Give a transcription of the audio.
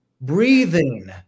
Breathing